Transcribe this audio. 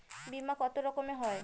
বিমা কত রকমের হয়?